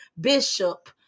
Bishop